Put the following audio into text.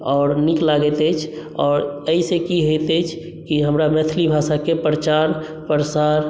आओर नीक लागैत अछि आओर एहिसँ की होइत अछि कि हमरा मैथिली भाषाके प्रचार प्रसार